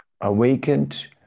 awakened